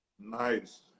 nice